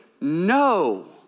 no